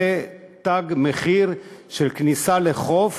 זה תג מחיר של כניסה לחוף